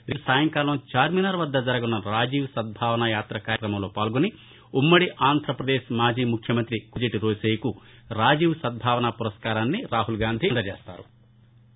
రేపు సాయంకాలం చార్మినార్ వద్ద జరగనున్న రాజీవ్ సద్బావన యాత్ర కార్యకమంలో పాల్గొని ఉమ్మడి ఆంధ్రాపదేశ్ మాజీ ముఖ్యమంత్రి కొణిజేటి రోశయ్యకు రాజీవ్ సద్భావన పురస్కారాన్ని రాహుల్ గాంధీ అందజేస్తారు